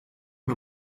mir